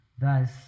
Thus